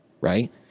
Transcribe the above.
right